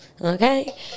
okay